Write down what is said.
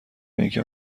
اینکه